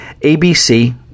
ABC